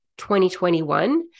2021